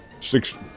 Six